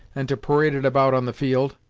and to parade it about on the field.